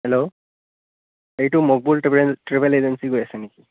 hello এইটো Makbul travel travel agency কৈ আছে নেকি